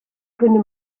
könne